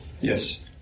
Yes